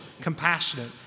compassionate